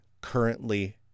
currently